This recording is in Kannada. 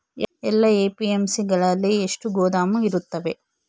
ಎಲ್ಲಾ ಎ.ಪಿ.ಎಮ್.ಸಿ ಗಳಲ್ಲಿ ಎಷ್ಟು ಗೋದಾಮು ಇರುತ್ತವೆ?